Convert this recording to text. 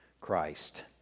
Christ